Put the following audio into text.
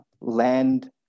land